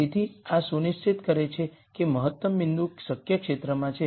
તેથી આ સુનિશ્ચિત કરે છે કે મહત્તમ બિંદુ શક્ય ક્ષેત્રમાં છે